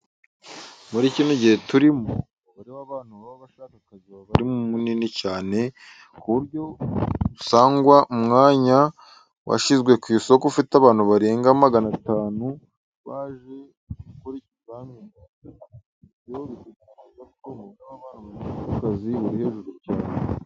Muri kino gihe turimo, umubare w'abantu baba bashaka akazi aba ari munini cyane ku buryo usangwa umwanya umwe washyizwe ku isoko ufite abantu barenga magana atanu baje gukora ikizamini, ibyo bikagaragaza ko umubare w'abantu badafite akazi uri hejuru cyane.